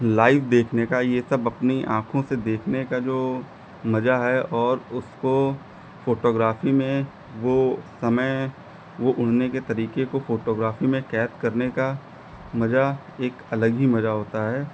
live देखने का यह सब अपनी आँखों से देखने का जो मज़ा है और उसको फ़ोटोग्राफी में वह समय वह उड़ने के तरीके को फ़ोटोग्राफी में कैद करने का मज़ा एक अलग ही मज़ा होता है